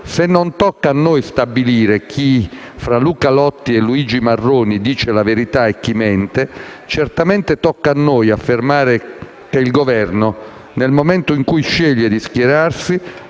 se non tocca a noi stabilire chi tra Luca Lotti e Luigi Marroni dice la verità e chi mente, certamente tocca a noi affermare che il Governo, nel momento in cui sceglie di schierarsi,